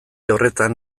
horretan